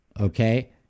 okay